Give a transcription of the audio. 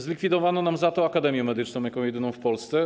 Zlikwidowano nam za to akademię medyczną, jako jedyną w Polsce.